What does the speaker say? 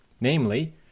namely